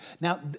Now